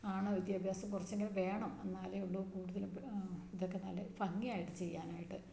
ആണ് വിദ്യാഭ്യാസം കുറച്ചെങ്കിലും വേണം എന്നാലേ ഉള്ളൂ കൂടുതലും ഇതൊക്കെ നല്ല ഭംഗിയായിട്ട് ചെയ്യാനായിട്ട്